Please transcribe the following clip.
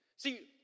See